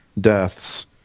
deaths